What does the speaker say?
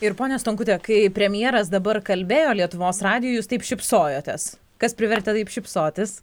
ir ponia stankute kai premjeras dabar kalbėjo lietuvos radijui jūs taip šypsojotės kas privertė taip šypsotis